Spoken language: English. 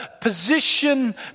position